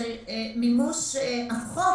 של מימוש החוק